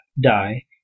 die